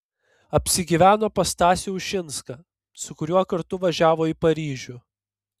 apsigyveno pas stasį ušinską su kuriuo kartu važiavo į paryžių